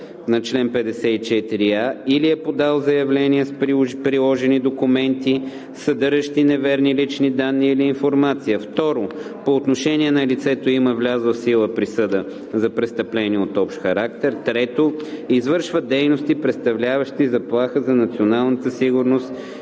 по чл. 54а или е подало заявление с приложени документи, съдържащи неверни лични данни или информация; 2. по отношение на лицето има влязла в сила присъда за престъпление от общ характер; 3. извършва дейности, представляващи заплаха за националната сигурност